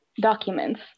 documents